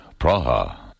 Praha